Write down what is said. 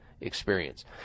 experience